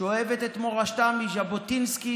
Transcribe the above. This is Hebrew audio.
שואבת את מורשתה מז'בוטינסקי,